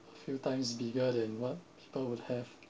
few times bigger than what people would have